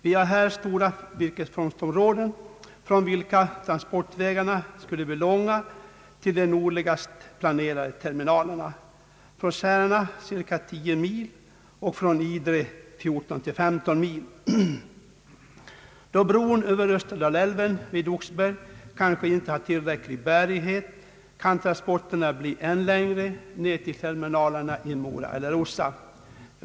Där finns stora virkesfångstområden, från vilka transportvägarna skulle bli långa till de nordligaste planerade terminalerna — från Särna 10 mil och från Idre 14 å 15 mil. Då bron över Österdalälven vid Oxberg kanske inte har tillräcklig bärighet, kan transporterna bli än längre, ned till terminalerna i Mora eller Orsa.